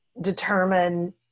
determine